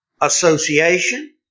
association